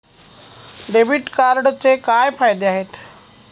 Debit कार्डचे काय फायदे आहेत?